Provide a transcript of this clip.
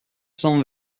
cent